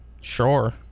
Sure